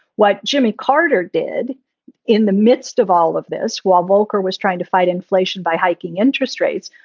what jimmy carter did in the midst of all of this, while volcker was trying to fight inflation by hiking interest rates,